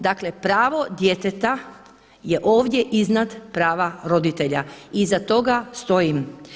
Dakle, pravo djeteta je ovdje iznad prava roditelja i iza toga stojim.